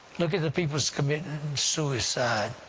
look at the people that's committing suicide,